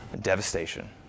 Devastation